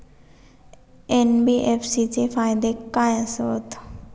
NBFC चे फायदे खाय आसत?